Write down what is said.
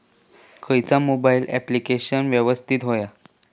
खयचा mobile application यवस्तित होया?